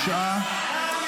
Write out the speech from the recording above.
הצבעה.